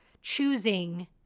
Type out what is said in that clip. choosing